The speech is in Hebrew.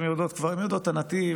הן יודעות את הנתיב,